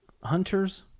hunters